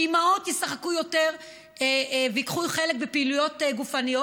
שאימהות ישחקו יותר וייקחו חלק בפעילויות גופניות,